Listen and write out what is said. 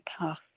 path